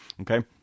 okay